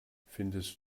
findest